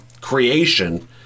creation